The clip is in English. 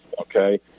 Okay